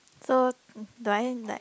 so do I like